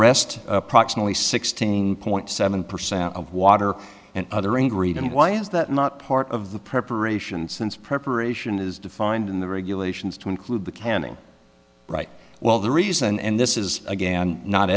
rest approximate sixteen point seven percent of water and other angry to me why is that not part of the preparation since preparation is defined in the regulations to include the canning right well the reason and this is again not